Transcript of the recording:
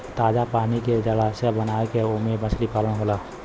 ताजा पानी के जलाशय बनाई के ओमे मछली पालन होला